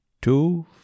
Two